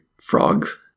frogs